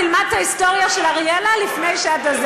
תלמד את ההיסטוריה של אריאלה לפני שאתה,